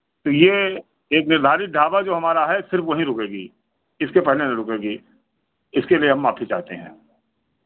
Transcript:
तो ये एक निर्धारित ढाबा जो हमारा है सिर्फ वहीं रुकेगी इसके पहले नहीं रुकेगी इसके लिए हम माफ़ी चाहते हैं